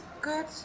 good